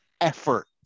effort